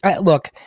Look